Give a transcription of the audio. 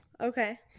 Okay